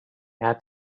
had